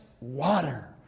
water